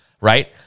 right